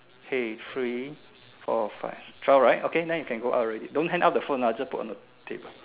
hey three four five twelve right okay then you can go out already don't hang up the phone ah just put on the table